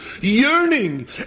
yearning